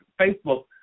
Facebook